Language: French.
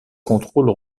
contrôle